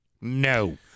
no